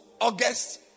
august